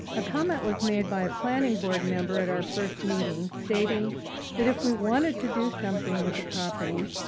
a comment was made by a planning board member at our first meeting stating that if we wanted to do something with the property,